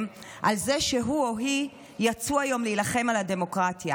על זה שהוא או היא יצאו היום להילחם על הדמוקרטיה,